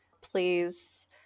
please